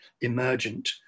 emergent